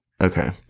Okay